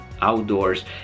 outdoors